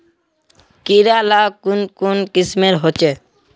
कीड़ा ला कुन कुन किस्मेर होचए?